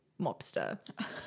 mobster